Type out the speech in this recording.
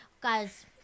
Guys